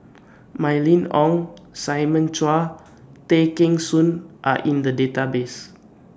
Mylene Ong Simon Chua Tay Kheng Soon Are in The Database